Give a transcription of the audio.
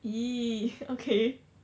!ee! okay